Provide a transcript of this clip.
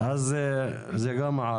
בעוד שהחוק קובע במפורש,